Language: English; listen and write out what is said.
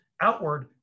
outward